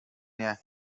nie